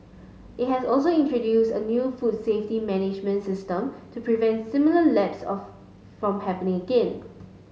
it has also introduced a new food safety management system to prevent similar lapses of from happening again